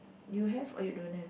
you have or you don't have